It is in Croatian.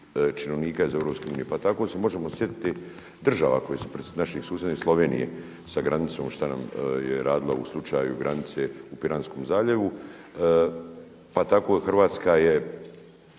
činovnika iz EU. Pa tako se možemo sjetiti država naših susjedne Slovenije sa granicom šta nam je radila u slučaju granice u Piranskom zaljevu pa tako Hrvatska je